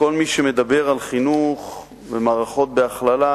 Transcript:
וכל מי שמדבר על חינוך ומערכות בהכללה,